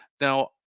now